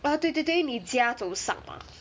orh 对对对因为你家走上 mah